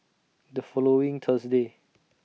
The following Thursday